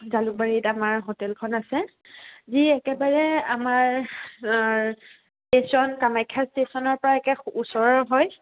জালুকবাৰীত আমাৰ হোটেলখন আছে যি একেবাৰে আমাৰ ষ্টেচন কামাখ্যা ষ্টেচনৰপৰা একেবাৰে ওচৰৰ হয়